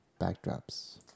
backdrops